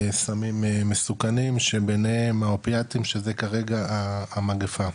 סמים מסוכנים שביניהם האופיאטים שזה כרגע המגפה,